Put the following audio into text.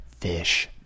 fish